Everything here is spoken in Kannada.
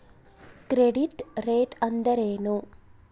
ಕ್ರೆಡಿಟ್ ರೇಟ್ ಅಂದರೆ ಏನು?